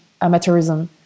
amateurism